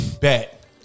Bet